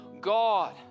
God